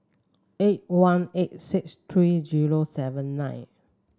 eight one eight six three zero seven nine